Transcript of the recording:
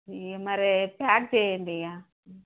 మరి ప్యాక్ చేయండి ఇక